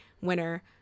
winner